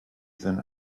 than